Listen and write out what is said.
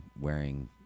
wearing